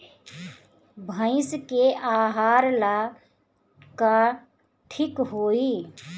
भइस के आहार ला का ठिक होई?